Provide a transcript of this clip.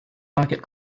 market